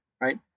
right